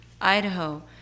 Idaho